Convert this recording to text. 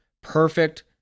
perfect